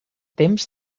temps